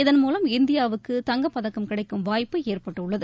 இதன்மூலம் இந்தியாவுக்கு தங்கப் பதக்கம் கிடைக்கும் வாய்ப்பு ஏற்பட்டுள்ளது